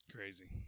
Crazy